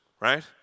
right